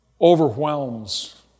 overwhelms